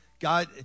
God